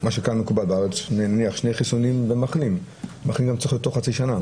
מה שמקובל כאן בארץ זה שני חיסונים ולכן הם צריכים להיות תוך חצי שנה,